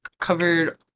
covered